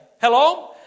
Hello